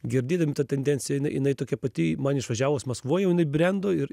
girdėdami tą tendenciją jinai tokia pati man išvažiavus maskvoj jau jinai brendo ir